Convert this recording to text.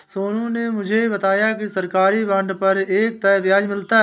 सोनू ने मुझे बताया कि सरकारी बॉन्ड पर एक तय ब्याज मिलता है